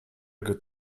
good